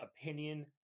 opinion